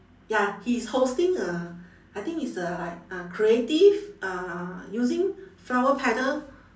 ya he is hosting a I think its a like uh creative uh using flower petal